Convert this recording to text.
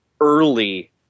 early